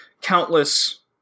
countless